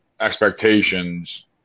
expectations